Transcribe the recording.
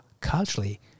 culturally